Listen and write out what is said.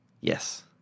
Yes